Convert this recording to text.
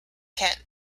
kent